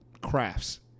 crafts